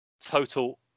Total